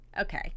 okay